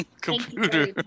Computer